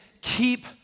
keep